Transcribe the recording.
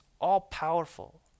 all-powerful